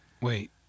Wait